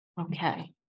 okay